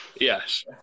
yes